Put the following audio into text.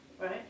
right